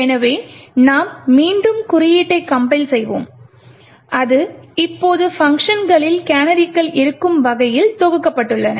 எனவே நாம் மீண்டும் குறியீட்டை கம்பைல் செய்வோம் அது இப்போது பங்க்ஷன்களில் கேனரிகள் இருக்கும் வகையில் தொகுக்கப்பட்டுள்ளன